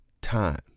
time